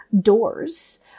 doors